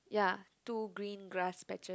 ya two green grass patches